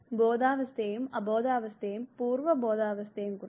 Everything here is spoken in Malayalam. ബോധാവസ്ഥയേയും അബോധാവസ്ഥയേയും പൂർവ്വബോധാവസ്ഥയേയും കുറിച്ച്